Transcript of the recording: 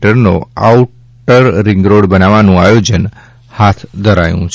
લંબાઇનો outer ring road બનાવવાનું આયોજન હાથ ધરાયું છે